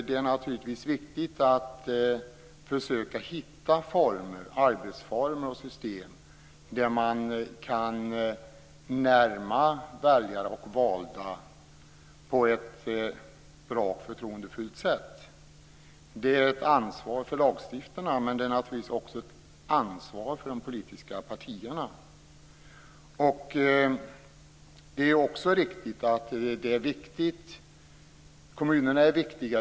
Det är naturligtvis viktigt att försöka hitta arbetsformer och system som gör det möjligt för väljare och valda att närma sig varandra på ett bra och förtroendefullt sätt. Detta är ett ansvar för lagstiftarna men naturligtvis också för de politiska partierna. Det är riktigt att kommunerna är viktiga.